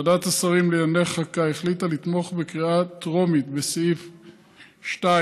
ועדת השרים לענייני חקיקה החליטה לתמוך בקריאה טרומית בסעיף 2(1)